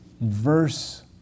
verse